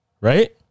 Right